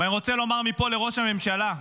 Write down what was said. ואני רוצה לומר מפה לראש הממשלה,